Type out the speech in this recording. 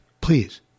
please